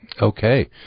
Okay